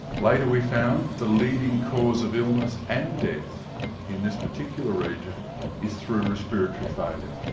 later we found the leading cause of illness and death in this particular region is through respiratory failure.